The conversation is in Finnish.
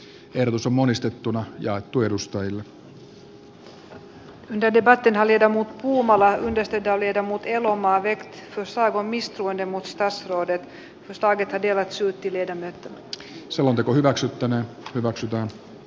eduskunta katsoo että hallituksen toimet ovat vaarantaneet koulutuksen tasa arvon ja heikentäneet laadukkaaseen koulutukseen ja korkeaan osaamiseen perustuvaa suomen menestystä sekä saattaneet epämääräisillä esityksillään koulutuksen kentän hämmennyksen tilaan